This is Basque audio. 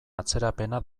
atzerapena